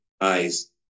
eyes